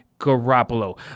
Garoppolo